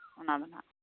ᱚᱱᱟ ᱫᱚ ᱱᱟᱜ